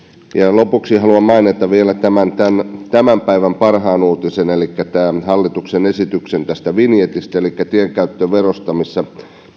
lopuksi haluan mainita vielä tämän tämän päivän parhaan uutisen elikkä hallituksen esityksen vinjetistä elikkä tienkäyttöverosta missä